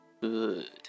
Good